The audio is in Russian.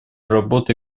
работы